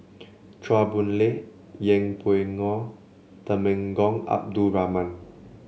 Chua Boon Lay Yeng Pway Ngon Temenggong Abdul Rahman